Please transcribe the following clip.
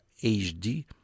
HD